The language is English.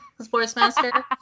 Sportsmaster